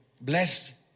Bless